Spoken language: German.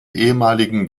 ehemaligen